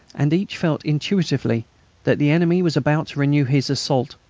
and each felt intuitively that the enemy was about to renew his assault.